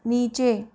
नीचे